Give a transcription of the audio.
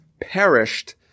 perished